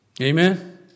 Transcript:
Amen